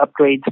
upgrades